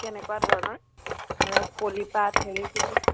কেনেকুৱা ধৰণৰ ধৰক পলি পাট হেৰি কি কি